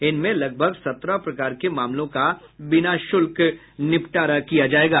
इनमें लगभग सत्रह प्रकार के मामलों का बिना शुल्क के निपटारा किया जायेगा